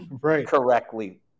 correctly